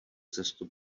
cestu